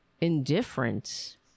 indifference